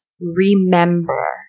remember